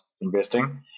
investing